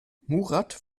murat